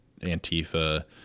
Antifa